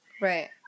Right